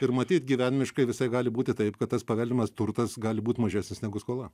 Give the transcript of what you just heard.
ir matyt gyvenimiškai visai gali būti taip kad tas paveldimas turtas gali būt mažesnis negu skola